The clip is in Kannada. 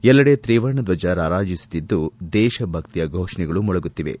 ಎಲ್ಲೆಡೆ ತ್ರಿವರ್ಣ ದ್ವಜ ರಾರಾಜಿಸುತ್ತಿದ್ದು ದೇಶ ಭಕ್ತಿಯ ಘೋಷಣೆಗಳು ಮೊಳಗುತ್ತಿವೆ